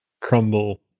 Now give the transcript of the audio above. Crumble